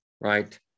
right